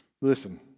Listen